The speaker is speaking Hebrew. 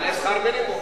שכר מינימום.